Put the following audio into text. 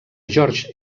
george